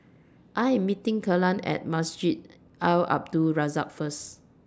I Am meeting Kalen At Masjid Al Abdul Razak First